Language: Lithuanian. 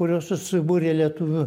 kurios susibūrė lietuvių